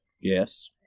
Yes